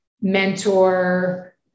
mentor